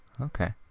Okay